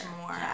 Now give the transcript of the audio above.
more